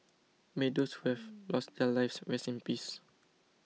may those who have lost their lives rest in peace